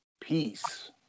Peace